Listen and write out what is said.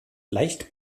leicht